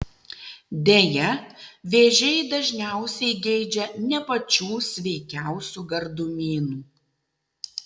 deja vėžiai dažniausiai geidžia ne pačių sveikiausių gardumynų